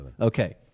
Okay